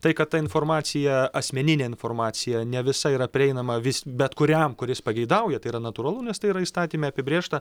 tai kad ta informacija asmeninė informacija ne visa yra prieinama vis bet kuriam kuris pageidauja tai yra natūralu nes tai yra įstatyme apibrėžta